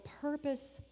purpose